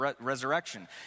resurrection